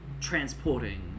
transporting